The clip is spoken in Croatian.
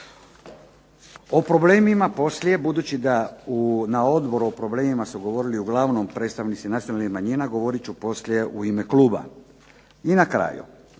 O problemima poslije, budući da na Odboru o problemima su govorili uglavnom predstavnici nacionalnih manjina govorit ću poslije u ime Kluba. I na kraju